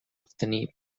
obtenir